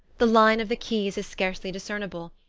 the line of the quays is scarcely discernible,